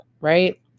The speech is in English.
right